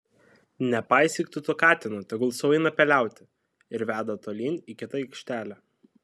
nepaisyk tu to katino tegul sau eina peliauti ir veda tolyn į kitą aikštelę